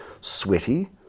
sweaty